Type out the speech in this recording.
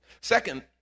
Second